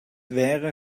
wäre